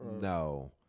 No